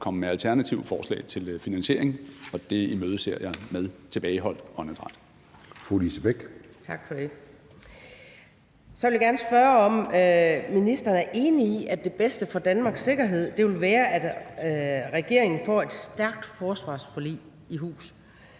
at komme med alternative forslag til finansieringen. Det imødeser jeg med tilbageholdt åndedræt.